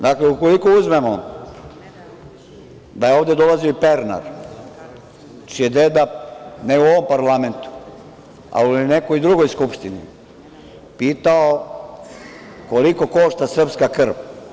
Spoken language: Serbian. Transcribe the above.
Dakle, ukoliko uzmemo da je ovde dolazio Pernar, čiji je deda, ne u ovom parlamentu, ali u nekoj drugoj Skupštini pitao koliko košta srpska krv.